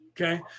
Okay